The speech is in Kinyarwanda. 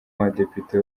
abadepite